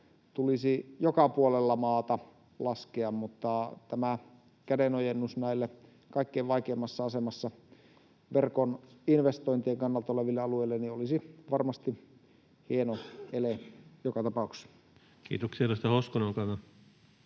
tulisi joka puolella maata laskea, mutta tämä kädenojennus näille kaikkein vaikeimmassa asemassa verkon investointien kannalta oleville alueille olisi varmasti hieno ele joka tapauksessa. Kiitoksia.